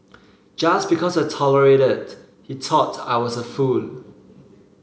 just because I tolerated he thought I was a fool